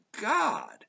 God